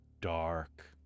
dark